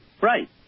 Right